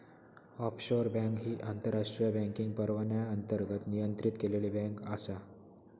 offshore bank ही आंतरराष्ट्रीय banking परवान्याअंतर्गत नियंत्रित केलेली बँक आसा